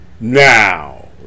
now